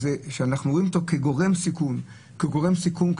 שאנחנו רואים אותו כגורם סיכון כללי,